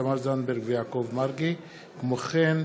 תמר זנדברג ויעקב מרגי בנושא: